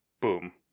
boom